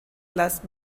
las